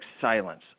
silence